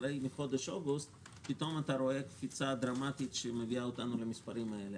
אחרי חודש אוגוסט פתאום רואים קפיצה דרמטית שמביאה אותנו למספרים האלה.